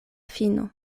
fino